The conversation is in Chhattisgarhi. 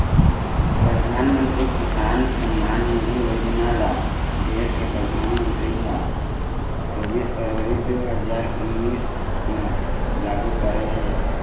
परधानमंतरी किसान सम्मान निधि योजना ल देस के परधानमंतरी ह चोबीस फरवरी दू हजार उन्नीस म लागू करे हे